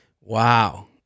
wow